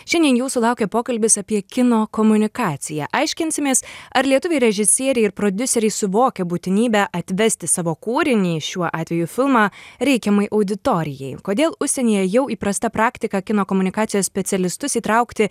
šiandien jūsų laukia pokalbis apie kino komunikaciją aiškinsimės ar lietuviai režisieriai ir prodiuseriai suvokia būtinybę atvesti savo kūrinį šiuo atveju filmą reikiamai auditorijai kodėl užsienyje jau įprasta praktika kino komunikacijos specialistus įtraukti